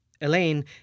Elaine